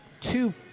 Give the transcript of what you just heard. two